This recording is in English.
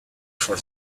for